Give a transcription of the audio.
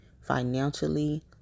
financially